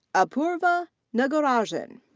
apurva nagarajan.